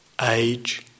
age